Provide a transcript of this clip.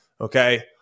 okay